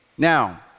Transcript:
Now